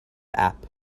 app